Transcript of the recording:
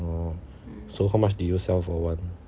oh so how much did you sell for one